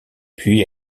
puis